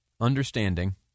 understanding